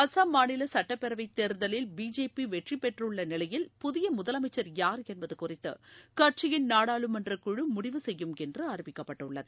அசாம் மாநில சட்டப்பேரவை தேர்தலில் பிஜேபி வெற்றி பெற்றுள்ள நிலையில் புதிய முதலமைச்சர் யார் என்பது குறித்து கட்சியின் நாடாளுமன்ற குழு முடிவு செய்யும் என்று அறிவிக்கப்பட்டுள்ளது